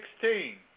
sixteen